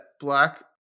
Black